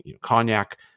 cognac